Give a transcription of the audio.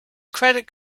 credit